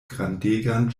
grandegan